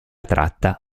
tratta